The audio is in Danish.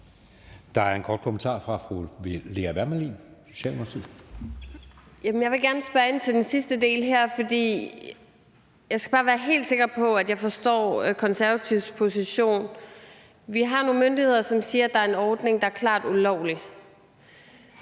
Der er en kort bemærkning fra fru Lea Wermelin, Socialdemokratiet. Kl. 13:46 Lea Wermelin (S): Jeg vil gerne spørge ind til den sidste del her. Jeg skal bare være helt sikker på, at jeg forstår Konservatives position. Vi har nogle myndigheder, som siger, at der er en ordning, der er klart ulovlig.